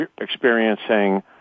experiencing